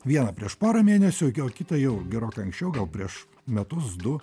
vieną prieš porą mėnesių o kitą jau gerokai anksčiau gal prieš metus du